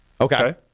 Okay